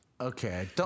Okay